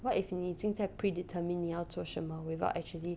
what if 你已经在 predetermined 你要做什么 without actually